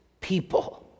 people